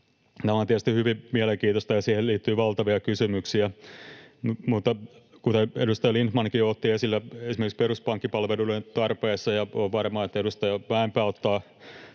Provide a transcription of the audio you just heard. Tämä on tietysti hyvin mielenkiintoista, ja siihen liittyy valtavia kysymyksiä, mutta kuten edustaja Lindtmankin otti esille esimerkiksi peruspankkipalveluiden tarpeen, ja olen varma, että edustaja Mäenpää ottaa